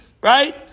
right